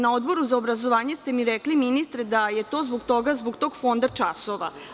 Na Odboru za obrazovanje ste mi rekli, ministre, da je to zbog tog fonda časova.